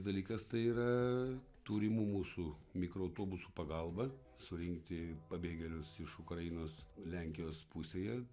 dalykas tai yra turimų mūsų mikroautobusų pagalba surinkti pabėgėlius iš ukrainos lenkijos pusėje